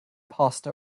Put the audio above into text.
pasta